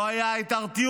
לא היה ארטיום,